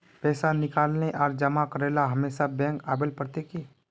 पैसा निकाले आर जमा करेला हमेशा बैंक आबेल पड़ते की?